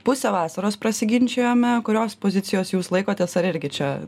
pusę vasaros prasiginčijome kurios pozicijos jūs laikotės ar irgi čia